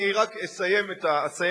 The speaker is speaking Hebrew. אני רק אסיים את הציטוט